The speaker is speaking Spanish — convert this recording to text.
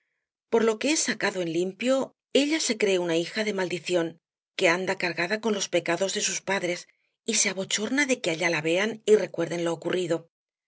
por lo que he sacado en limpio ella se cree una hija de maldición que anda cargada con los pecados de sus padres y se abochorna de que allá la vean y recuerden lo ocurrido